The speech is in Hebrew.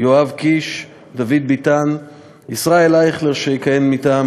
יואב קיש, דוד ביטן וישראל אייכלר, שיכהן מטעם